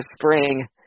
spring